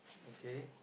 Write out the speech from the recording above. okay